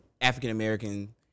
African-American